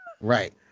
Right